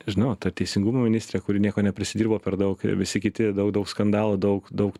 žinau ta teisingumo ministrė kuri nieko neprisidirbo per daug visi kiti daug daug skandalų daug daug